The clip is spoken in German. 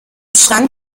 schrank